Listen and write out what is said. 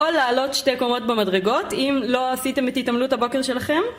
או לעלות שתי קומות במדרגות אם לא עשיתם את התעמלות הבוקר שלכם